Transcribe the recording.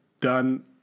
done